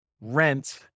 Rent